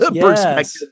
perspective